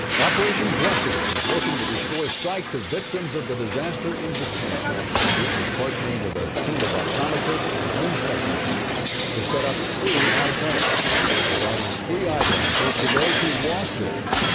operation blessing is working to help restore sight to victims of the disaster in japan. the group is partnering with a team of optometrists and lens technicians to set up three eye clinics. they are providing free eyeglasses to those who lost theirs.